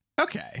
Okay